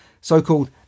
so-called